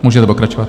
Můžete pokračovat.